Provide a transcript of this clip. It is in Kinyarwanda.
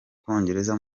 bwongereza